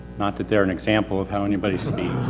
not that they're an example of how anybody should be.